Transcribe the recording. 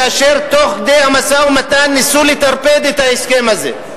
כאשר תוך כדי המשא-ומתן ניסו לטרפד את ההסכם הזה.